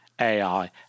AI